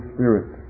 Spirit